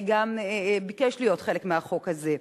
גם ביקש להיות חלק מהחוק הזה.